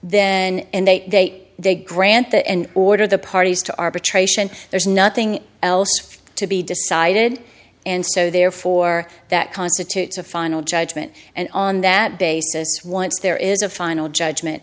then and they they grant that and order the parties to arbitration there's nothing else to be decided and so therefore that constitutes a final judgment and on that basis once there is a final judgment